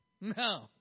No